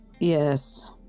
Yes